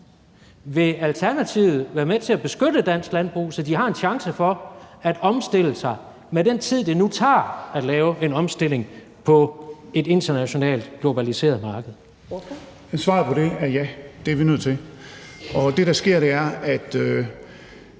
Vil Alternativet være med til at beskytte dansk landbrug, så de har en chance for at omstille sig med den tid, det nu tager at lave en omstilling på et internationalt globaliseret marked? Kl. 19:46 Første næstformand (Karen Ellemann): Ordføreren.